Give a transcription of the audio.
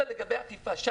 שאלנו לגבי אכיפה.